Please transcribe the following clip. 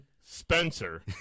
Spencer